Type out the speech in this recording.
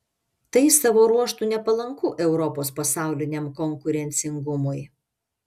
tai savo ruožtu nepalanku europos pasauliniam konkurencingumui